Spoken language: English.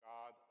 God